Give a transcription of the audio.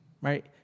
right